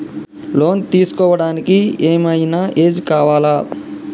Loan తీస్కోవడానికి ఏం ఐనా ఏజ్ కావాలా?